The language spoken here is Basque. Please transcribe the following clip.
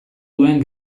duen